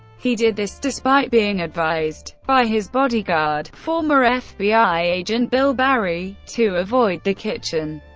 he did this despite being advised by his bodyguard former ah fbi agent bill barry to avoid the kitchen.